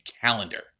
calendar